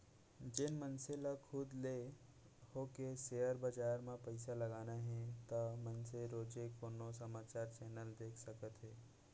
जेन मनसे ल खुद ले होके सेयर बजार म पइसा लगाना हे ता मनसे रोजे कोनो समाचार चैनल देख सकत हे